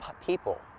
people